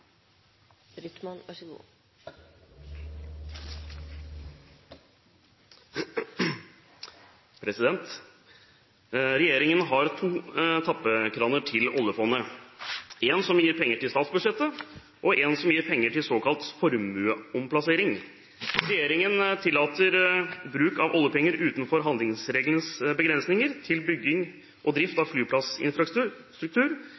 store skattelettelser, så har dere i utgangspunktet mange milliarder i det alternative budsjettet. «Regjeringen har to tappekraner til oljefondet: Én gir penger til statsbudsjettet, og én gir penger til såkalt formueomplassering. Regjeringen tillater bruk av oljepenger utenfor handlingsregelens begrensninger, til bygging og drift